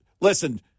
listen –